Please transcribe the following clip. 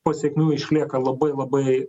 pasekmių išlieka labai labai